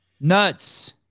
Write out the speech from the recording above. Nuts